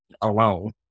alone